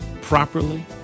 properly